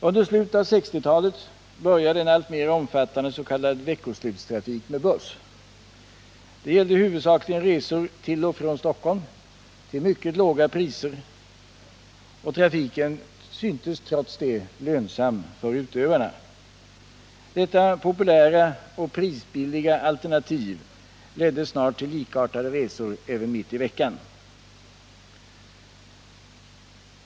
Under slutet av 1960-talet började en alltmer omfattande s.k. veckoslutstrafik med buss. Det gällde huvudsakligen resor till och från Stockholm till mycket låga priser. Och trafiken syntes trots det lönsam för utövarna. Detta populära och prisbilliga alternativ ledde snart till likartade resor även mitt i veckan.